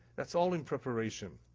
that's all in preparation.